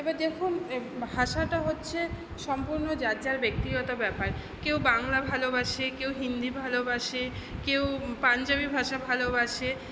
এবার দেখুন ভাষাটা হচ্ছে সম্পূর্ণ যার যার ব্যক্তিগত ব্যাপার কেউ বাংলা ভালোবাসে কেউ হিন্দি ভালোবাসে কেউ পাঞ্জাবি ভাষা ভালোবাসে